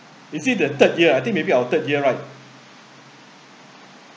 is it the third year I think maybe our third year right